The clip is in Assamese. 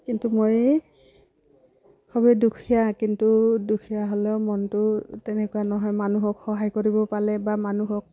কিন্তু মই খবেই দুখীয়া কিন্তু দুখীয়া হ'লেও মনটো তেনেকুৱা নহয় মানুহক সহায় কৰিব পালে বা মানুহক